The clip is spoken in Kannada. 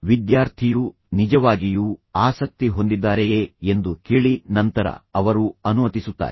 ವಿದ್ಯಾರ್ಥಿಯು ನಿಜವಾಗಿಯೂ ಆಸಕ್ತಿ ಹೊಂದಿದ್ದಾರೆಯೇ ಎಂದು ಕೇಳಿ ನಂತರ ಅವರು ಅನುಮತಿಸುತ್ತಾರೆ